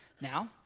now